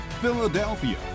Philadelphia